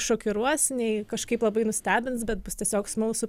šokiruos nei kažkaip labai nustebins bet bus tiesiog smalsu